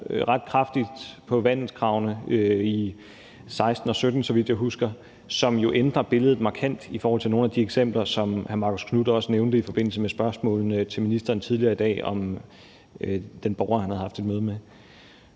ret kraftigt på vandelskravene i 2016 og 2017, så vidt jeg husker, og det ændrer jo billedet markant i forhold til nogle af de eksempler, som hr. Marcus Knuth også nævnte i forbindelse med spørgsmålene til ministeren tidligere i dag med den borger, han havde haft et møde med.